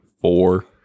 four